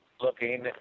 looking